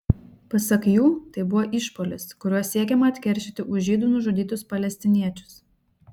pasak jų tai buvo išpuolis kuriuo siekiama atkeršyti už žydų nužudytus palestiniečius